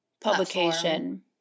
publication